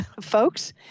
folks